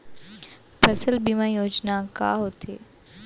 फसल बीमा योजना का होथे?